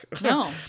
No